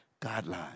Guidelines